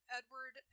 Edward